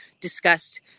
discussed